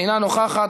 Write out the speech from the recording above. אינה נוכחת,